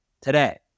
today